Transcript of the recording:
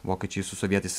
vokiečiai su sovietais